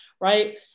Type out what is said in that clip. right